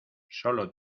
solo